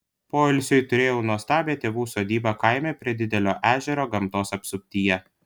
poilsiui turėjau nuostabią tėvų sodybą kaime prie didelio ežero gamtos apsuptyje